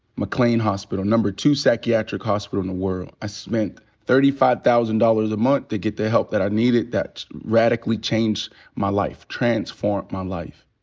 mclean hospital, number two psychiatric hospital in the world. i spent thirty five thousand dollars a month to get the help that i needed that radically changed my life, transformed my life.